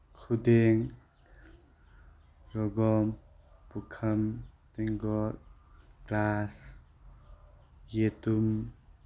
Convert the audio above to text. ꯈꯨꯗꯦꯡ ꯑꯗꯨꯒ ꯄꯨꯈꯝ ꯇꯦꯡꯀꯣꯠ ꯒ꯭ꯂꯥꯁ ꯌꯦꯇꯨꯝ